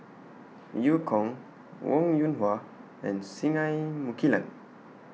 EU Kong Wong Yoon Wah and Singai Mukilan